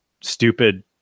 stupid